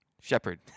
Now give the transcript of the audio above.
Shepard